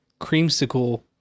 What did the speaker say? creamsicle